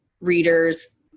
readers